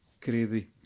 Crazy